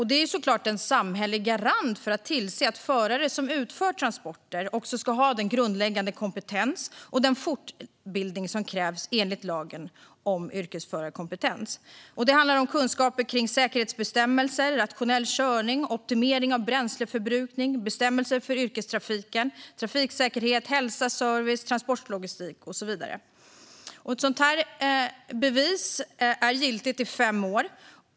Det är ju såklart en samhällelig garant för att tillse att förare som utför transporter ska ha den grundläggande kompetens och fortbildning som krävs enligt lagen om yrkesförarkompetens. Det handlar om kunskaper kring säkerhetsbestämmelser, rationell körning, optimering av bränsleförbrukning, bestämmelser för yrkestrafiken, trafiksäkerhet, hälsa, service, transportlogistik, och så vidare. Ett yrkeskompetensbevis är giltigt i fem år.